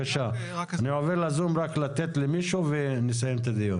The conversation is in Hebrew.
למה זה כתוב בחוק או שמחר זה שיקול דעת של שר פנים אחר להחליט.